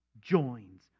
joins